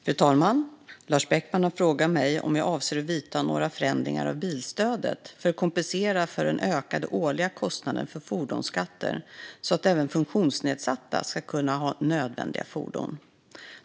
Fru talman! Lars Beckman har frågat mig om jag avser att vidta några förändringar av bilstödet för att kompensera för den ökade årliga kostnaden för fordonsskatter så att även funktionsnedsatta ska kunna ha nödvändiga fordon.